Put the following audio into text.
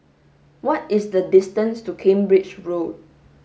what is the distance to Cambridge Road